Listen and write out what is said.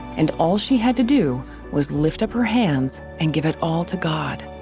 and all she had to do was lift up her hands and give it all to god.